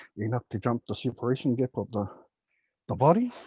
enough to jump the separation gap of the the body